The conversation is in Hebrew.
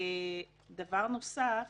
דבר נוסף,